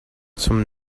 zum